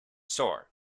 sore